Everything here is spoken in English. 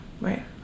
Right